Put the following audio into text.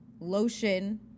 lotion